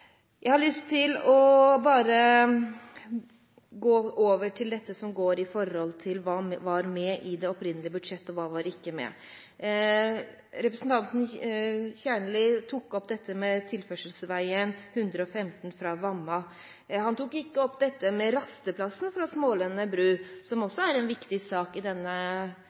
Jeg har lyst til å gå over til dette som gjelder hva som var med i det opprinnelige budsjettet, og hva som ikke var med. Representanten Kjernli tok opp dette med tilførselsveien fv. 115 fra Vamma. Han tok ikke opp dette med rasteplassen fra Smaalenene Bru, som også er en viktig sak i